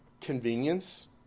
convenience